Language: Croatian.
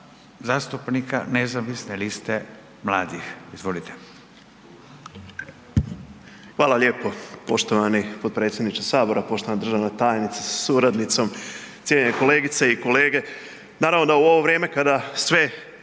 zastupnika Nezavisne liste mladih. Izvolite.